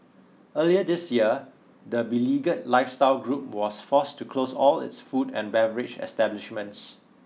earlier this year the beleaguer lifestyle group was forced to close all its food and beverage establishments